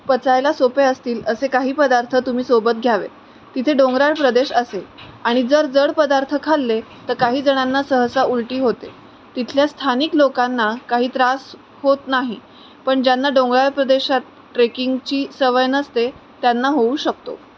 पचायला सोपे असतील असे काही पदार्थ तुम्ही सोबत घ्यावे तिथे डोंगराळ प्रदेश असेल आणि जर जड पदार्थ खाल्ले तर काही जणांना सहसा उलटी होते तिथल्या स्थानिक लोकांना काही त्रास होत नाही पण ज्यांना डोंगराळ प्रदेशात ट्रेकिंगची सवय नसते त्यांना होऊ शकतो